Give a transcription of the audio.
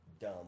dumb